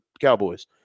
Cowboys